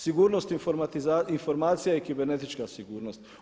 Sigurnost informacija i kibernetička sigurnost.